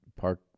park